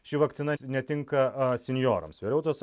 ši vakcina netinka a senjorams vėliau tos